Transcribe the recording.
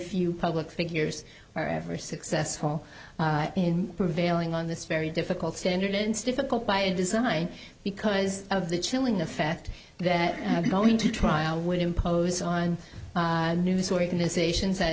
few public figures wherever successful in prevailing on this very difficult standard it's difficult by a design because of the chilling effect that going to trial would impose on news organizations